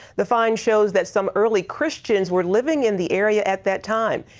the find shows that some early christians were living in the area at that time.